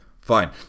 fine